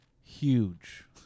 huge